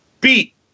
beat